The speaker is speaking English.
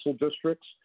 districts